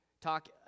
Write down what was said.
Talk